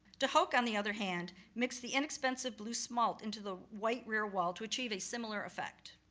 de hooch, on the other hand, mixed the inexpensive blue smalt into the white rear wall, to achieve a similar effect.